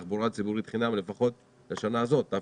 חינם בתחבורה הציבורית לפחות בשנה הזו - תשפ"א.